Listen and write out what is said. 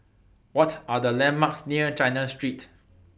What Are The landmarks near China Street